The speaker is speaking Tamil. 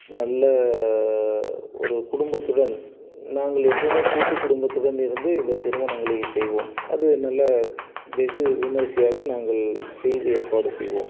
நல்ல ஒரு குடும்பத்துடன் நாங்கள் எப்போவும் கூட்டுக் குடும்பத்துடன் இருந்து இந்த திருமணங்களை செய்வோம் அது நல்ல வெகு விமர்சையாக நாங்கள் செய்து ஏற்பாடு செய்வோம்